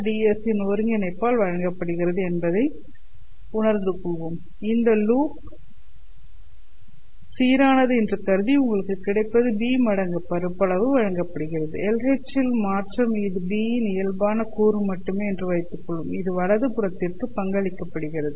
ds இன் ஒருங்கிணைப்பால் வழங்கப்படுகிறது என்பதை உணர்ந்து கொள்வோம் இந்த லூப் சீரானது என்று கருதி உங்களுக்கு கிடைப்பது B மடங்கு பரப்பளவு வழங்கப்படுகிறது Lh ஆல் மற்றும் இது B இன் இயல்பான கூறு மட்டுமே என்று வைத்துக் கொள்வோம் இது வலது புறத்திற்கு பங்களிக்கப்படுகிறது